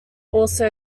also